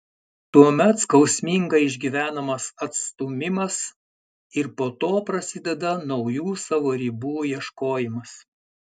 tuomet skausmingai išgyvenamas atstūmimas ir po to prasideda naujų savo ribų ieškojimas